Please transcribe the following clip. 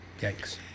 Yikes